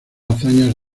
hazañas